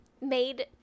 ...made